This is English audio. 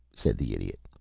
said the idiot.